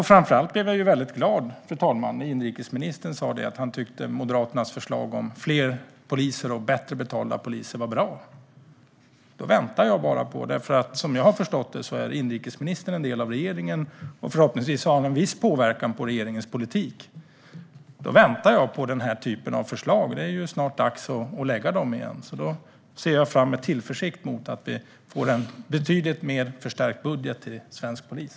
Framför allt blev jag väldigt glad, fru ålderspresident, när inrikesministern sa att han tycker att Moderaternas förslag om fler poliser och bättre betalda poliser är bra. Som jag har förstått det är inrikesministern en del av regeringen, och förhoppningsvis har han en viss påverkan på regeringens politik. Då väntar jag på den här typen av förslag. Det är ju snart dags att lägga fram förslag igen, så då ser jag med tillförsikt fram emot att vi får en betydligt mer förstärkt budget till svensk polis.